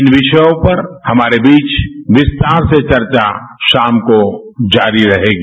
इन विषयों पर हमारे बीच विस्तार से चर्चा शाम को जारी रहेगी